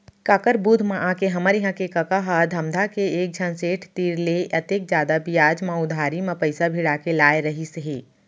काकर बुध म आके हमर इहां के कका ह धमधा के एकझन सेठ तीर ले अतेक जादा बियाज म उधारी म पइसा भिड़ा के लाय रहिस हे